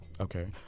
Okay